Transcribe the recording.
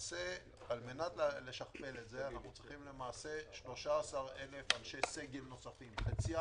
וכדי לשכפל את זה אנחנו צריכים 13,000 אנשי סגל נוספים חציים